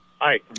Hi